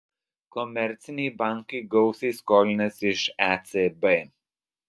komerciniai bankai gausiai skolinasi iš ecb